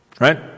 right